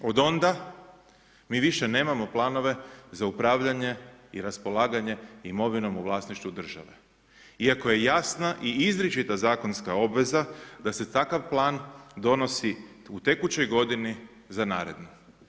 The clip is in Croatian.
Od onda mi više nemamo planove za upravljanje i raspolaganje imovinom u vlasništvu države iako je jasna i izričita zakonska obveza da se takav plan donosi u tekućoj godini za narednu.